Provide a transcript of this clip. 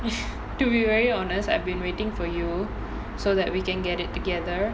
to be very honest I've been waiting for you so that we can get it together